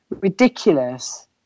ridiculous